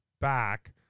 back